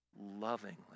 lovingly